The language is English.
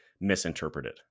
misinterpreted